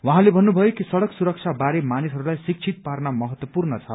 उहाँले भन्नुभयो कि सड़क सुरक्षा बारे मानिसहस्ताई शिक्षित पार्न महत्वपूर्ण छ